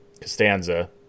Costanza